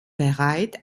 bereit